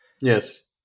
yes